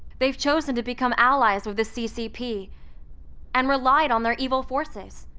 they've chosen to become allies with the ccp and relied on their evil forces.